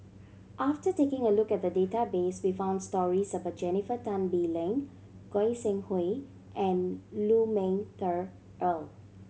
after taking a look at the database we found stories about Jennifer Tan Bee Leng Goi Seng Hui and Lu Ming Teh Earl